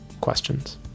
questions